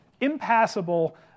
impassable